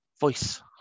voice